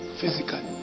physically